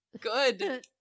Good